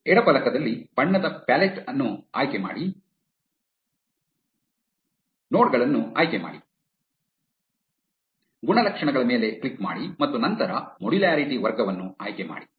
ಎಡ ಫಲಕದಲ್ಲಿ ಬಣ್ಣದ ಪ್ಯಾಲೆಟ್ ಅನ್ನು ಆಯ್ಕೆ ಮಾಡಿ ನೋಡ್ಗಳನ್ನು ಆಯ್ಕೆ ಮಾಡಿ ಗುಣಲಕ್ಷಣಗಳ ಮೇಲೆ ಕ್ಲಿಕ್ ಮಾಡಿ ಮತ್ತು ನಂತರ ಮಾಡ್ಯುಲಾರಿಟಿ ವರ್ಗವನ್ನು ಆಯ್ಕೆಮಾಡಿ